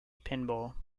pinball